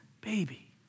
baby